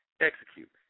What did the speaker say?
execute